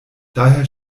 daher